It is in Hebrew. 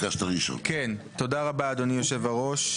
כן, תודה רבה, אדוני יושב הראש.